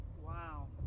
wow